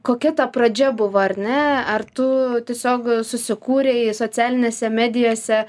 kokia ta pradžia buvo ar ne ar tu tiesiog susikūrei socialinėse medijose